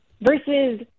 versus –